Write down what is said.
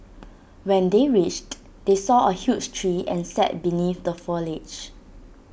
when they reached they saw A huge tree and sat beneath the foliage